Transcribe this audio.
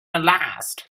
last